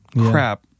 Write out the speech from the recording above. Crap